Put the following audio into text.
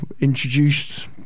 introduced